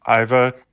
Iva